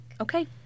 Okay